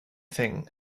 thing